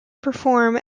perform